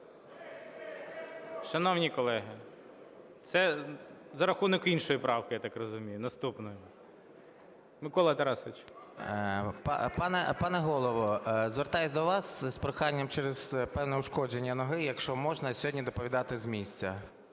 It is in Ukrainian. Шановні колеги, це за рахунок іншої правки, я так розумію, наступної. Микола Тарасович. 10:44:09 СОЛЬСЬКИЙ М.Т. Пане Голово, звертаюсь до вас із проханням через певне ушкодження ноги, якщо можна, сьогодні доповідати з місця,